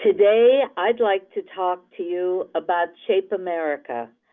today i'd like to talk to you about shape america.